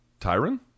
Tyron